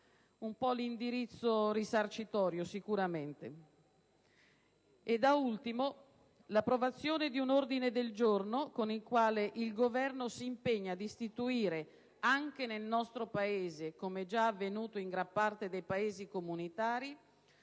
in parte l'indirizzo risarcitorio. Da ultimo, vorrei segnalare l'approvazione di un ordine del giorno con il quale il Governo è stato impegnato ad istituire anche nel nostro Paese, come è già avvenuto in gran parte dei Paesi comunitari,